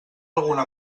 alguna